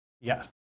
Yes